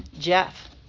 Jeff